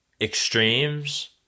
extremes